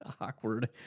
Awkward